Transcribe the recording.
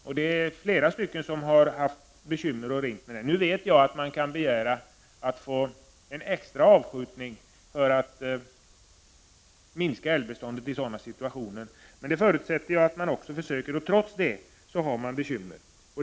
Jag vet flera som har haft bekymmer med det och ringt till mig. Nu vet jag att man kan begära att få extra avskjutning för att minska älgbeståndet i sådana situationer, men det förutsätter ju också att man lyckas. Trots det kan man ha bekymmer.